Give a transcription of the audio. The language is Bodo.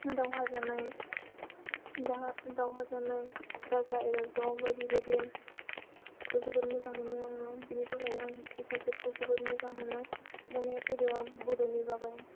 दावहा जानाय राजा इरागदाव बायदि बायदिखौ जोबोद मोजां मोनो आङो बिनि थाखायनो हिसथ्रि साबजेतखौ जोबोद मोजां मोनो दानिया फैदो बड'नि बागै